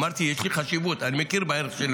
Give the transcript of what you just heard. אמרתי, יש לזה חשיבות, אני מכיר בערך של